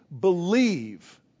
believe